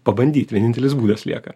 pabandyt vienintelis būdas lieka